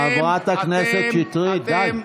חברת הכנסת שטרית, די.